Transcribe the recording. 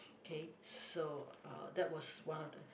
K so uh that was one of the